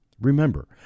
Remember